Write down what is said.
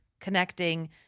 connecting